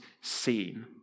seen